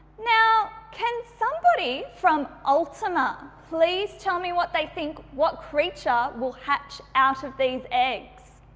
now, can somebody from ultima please tell me what they think what creature will hatch out of these eggs.